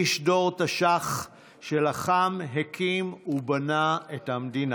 הוא איש דור תש"ח שלחם, הקים ובנה את המדינה.